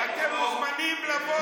אז אתם מוזמנים לבוא עכשיו.